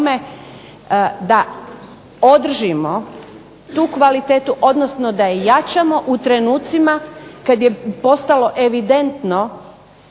da održimo tu kvalitetu, odnosno da je jačamo u trenucima kad je postalo evidentno